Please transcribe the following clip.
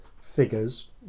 figures